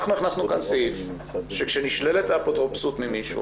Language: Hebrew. הכנסנו כאן סעיף שכשנשללת האפוטרופסות ממישהו